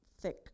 thick